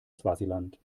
swasiland